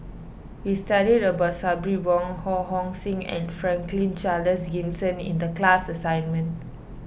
we studied about Sabri Buang Ho Hong Sing and Franklin Charles Gimson in the class assignment